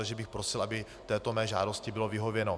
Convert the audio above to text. Takže bych prosil, aby této mé žádosti bylo vyhověno.